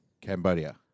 Cambodia